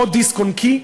עוד דיסק-און-קי,